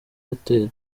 airtel